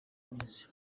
minsi